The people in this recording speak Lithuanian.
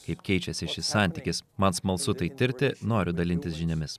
kaip keičiasi šis santykis man smalsu tai tirti noriu dalintis žiniomis